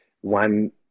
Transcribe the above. one